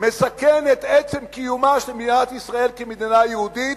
מסכן את עצם קיומה של מדינת ישראל כמדינה יהודית,